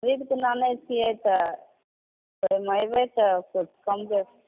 खरीद कऽ आनै छियै तऽ ओहिमे अयबै तऽ किछु कम बेसी